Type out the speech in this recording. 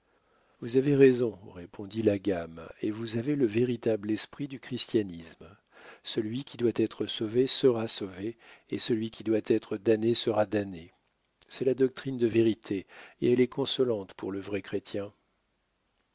vous avez raison répondit la gamme et vous avez le véritable esprit du christianisme celui qui doit être sauvé sera sauvé et celui qui doit être damné sera damné c'est la doctrine de vérité et elle est consolante pour le vrai chrétien